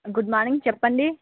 good morning చెప్పండి